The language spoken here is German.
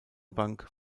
bank